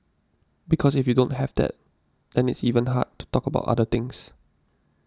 because if you don't have that then it's even hard to talk about other things